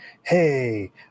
Hey